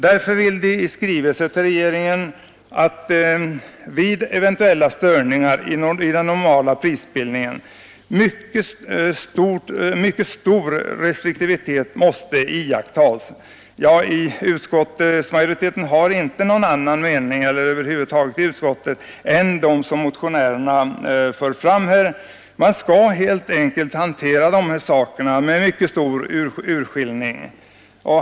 Därför vill de att riksdagen i skrivelse till regeringen uttalar att vid eventuella störningar i den normala prisbildningen mycket stor restriktivitet måste iakttas. Utskottsmajoriteten, eller utskottet över huvud taget, har inte någon annan mening än den som motionärerna för fram. Man skall helt enkelt hantera dessa ting med mycket stor urskillning.